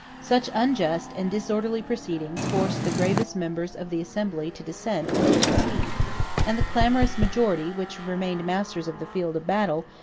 such unjust and disorderly proceedings forced the gravest members of the assembly to dissent and to secede and the clamorous majority which remained masters of the field of battle,